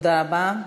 תודה רבה.